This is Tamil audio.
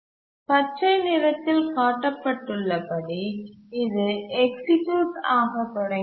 பச்சை நிறத்தில் காட்டப்பட்டுள்ளபடி இது எக்சிக்யூட் ஆக தொடங்கியது